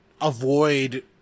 avoid